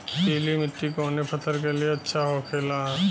पीला मिट्टी कोने फसल के लिए अच्छा होखे ला?